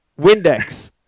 Windex